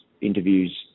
interviews